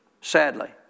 sadly